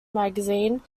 magazine